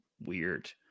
weird